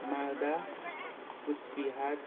Malda Cooch Behar